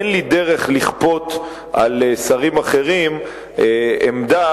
אין לי דרך לכפות על שרים אחרים עמדה,